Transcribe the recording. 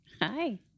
Hi